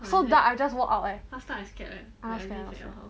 so dark I just walk out eh